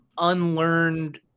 unlearned